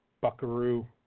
Buckaroo